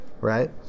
right